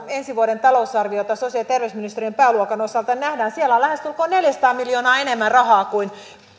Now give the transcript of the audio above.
ensi vuoden talousarviota sosiaali ja terveysministeriön pääluokan osalta niin nähdään että siellä on lähestulkoon neljäsataa miljoonaa enemmän rahaa kuin